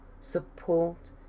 support